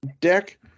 deck